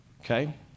Okay